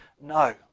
No